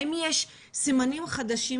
האם יש סימנים חדשים?